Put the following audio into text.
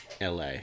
la